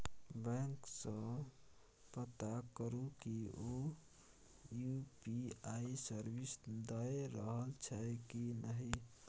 bank सँ पता करु कि ओ यु.पी.आइ सर्विस दए रहल छै कि नहि